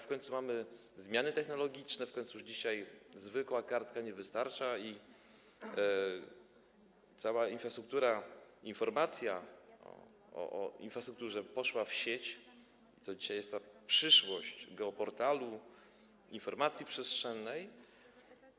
W końcu mamy zmiany technologiczne, w końcu dzisiaj zwykła kartka nie wystarcza i cała informacja o infrastrukturze poszła w sieć, dzisiaj jest ta przyszłość geoportalu, informacji przestrzennej.